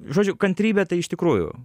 žodžiu kantrybė tai iš tikrųjų